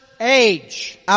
age